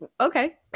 Okay